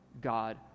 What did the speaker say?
God